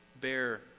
bear